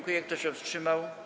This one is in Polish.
Kto się wstrzymał?